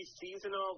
seasonal